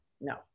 no